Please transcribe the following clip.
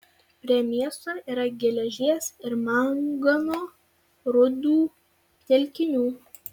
prie miesto yra geležies ir mangano rūdų telkinių